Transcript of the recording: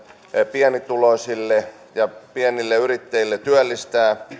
pienituloisille ja pienille yrittäjille työllistää